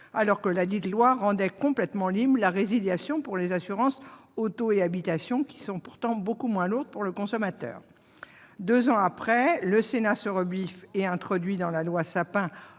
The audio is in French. alors que ladite loi rendait complètement libre la résiliation des assurances auto et habitation, pourtant bien moins lourdes pour le consommateur. Deux ans après, le Sénat se rebiffe et introduit dans la loi Sapin